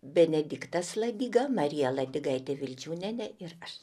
benediktas ladiga marija ladigaitė vildžiūnienė ir aš